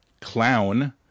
clown